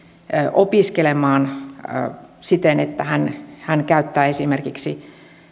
opiskelemaan siten että hän hän käyttää esimerkiksi